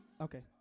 Okay